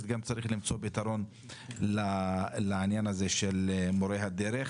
צריך גם למצוא פתרון לעניין הזה של מורי הדרך.